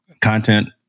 content